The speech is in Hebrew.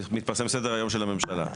מתפרסם סדר היום של הממשלה.